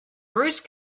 bruce